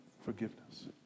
forgiveness